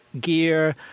gear